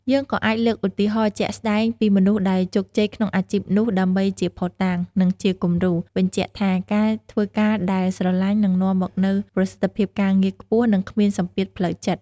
យើងក៏អាចលើកឧទាហរណ៍ជាក់ស្ដែងពីមនុស្សដែលជោគជ័យក្នុងអាជីពនោះដើម្បីជាភស្តុតាង និងជាគំរូ បញ្ជាក់ថាការធ្វើការដែលស្រឡាញ់ នឹងនាំមកនូវប្រសិទ្ធភាពការងារខ្ពស់ និងគ្មានសម្ពាធផ្លូវចិត្ត។